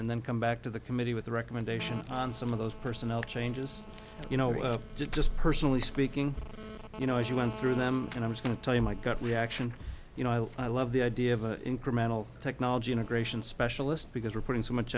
and then come back to the committee with a recommendation on some of those personnel changes you know just personally speaking you know as you went through them and i was going to tell you my gut reaction you know i love the idea of an incremental technology integration specialist because we're putting so much